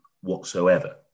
whatsoever